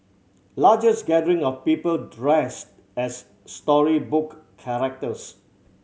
largest gathering of people dressed as storybook characters